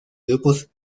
grupos